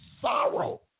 sorrow